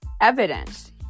evidence